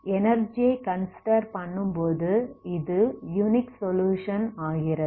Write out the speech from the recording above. energy ஐ consider பண்ணும்போது இது யுனிக் சொலுயுஷன் ஆகிறது